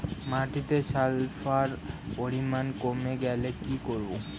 মাটিতে সালফার পরিমাণ কমে গেলে কি করব?